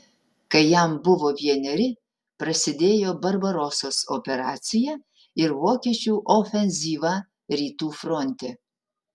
kai jam buvo vieneri prasidėjo barbarosos operacija ir vokiečių ofenzyva rytų fronte